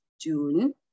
June